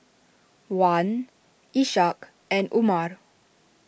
Wan Ishak and Umar